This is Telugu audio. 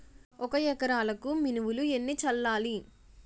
ఒక ఎకరాలకు మినువులు ఎన్ని చల్లాలి?